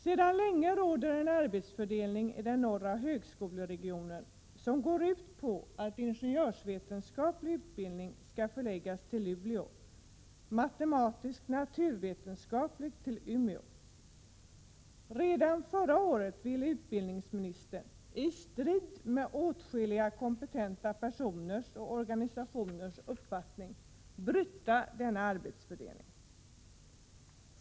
Sedan länge råder en arbetsfördelning i den norra högskoleregionen som går ut på att ingenjörsvetenskaplig utbildning skall förläggas till Luleå och matematisk —naturvetenskaplig utbildning till Umeå. Redan förra året ville utbildningsministern — i strid mot åtskilliga kompetenta personers och organisationers uppfattning — bryta denna arbetsfördelning.